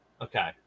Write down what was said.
Okay